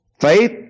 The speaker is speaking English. Faith